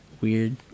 weird